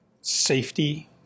safety